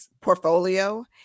portfolio